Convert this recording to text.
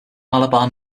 malabar